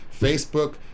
Facebook